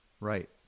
Right